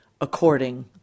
according